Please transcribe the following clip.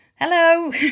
hello